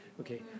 Okay